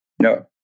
No